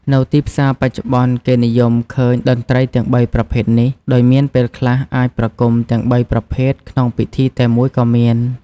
នៅទីផ្សារបច្ចុប្បន្ន គេនិយមឃើញតន្រ្តីទាំងបីប្រភេទនេះ ដោយមានពេលខ្លះអាចប្រគុំទាំងបីប្រភេទក្នុងពិធីតែមួយក៏មាន។